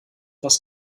was